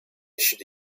should